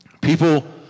People